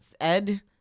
ed